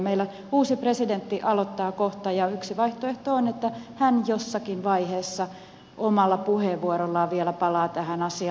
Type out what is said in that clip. meillä uusi presidentti aloittaa kohta ja yksi vaihtoehto on että hän jossakin vaiheessa omalla puheenvuorollaan vielä palaa tähän asiaan